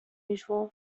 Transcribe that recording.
usual